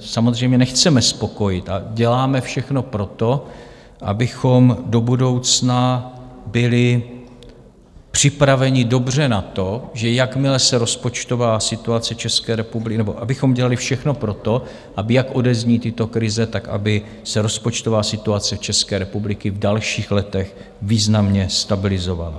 samozřejmě nechceme spokojit a děláme všechno pro to, abychom do budoucna byli připraveni dobře na to, že jakmile se rozpočtová situace... nebo abychom dělali všechno pro to, aby, jak odezní tyto krize, aby se rozpočtová situace České republiky v dalších letech významně stabilizovala.